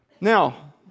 Now